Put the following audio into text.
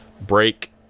break